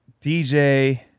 DJ